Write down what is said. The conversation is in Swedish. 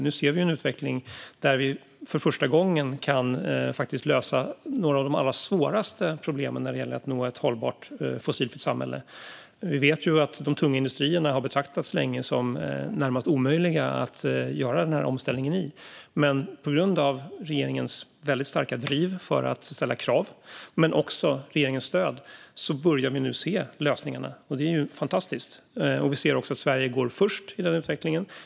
Nu ser vi en utveckling där vi för första gången kan lösa några av de allra svåraste problemen när det gäller att nå ett hållbart fossilfritt samhälle. Vi vet att de tunga industrierna länge har betraktats som närmast omöjliga att göra omställningen i. På grund av regeringens väldigt starka driv för att ställa krav men också regeringens stöd börjar vi nu se lösningarna. Det är fantastiskt. Vi ser också att Sverige går först i den utvecklingen.